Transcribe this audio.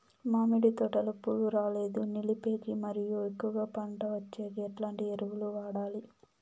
మామిడి తోటలో పూలు రాలేదు నిలిపేకి మరియు ఎక్కువగా పంట వచ్చేకి ఎట్లాంటి ఎరువులు వాడాలి?